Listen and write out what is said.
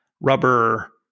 rubber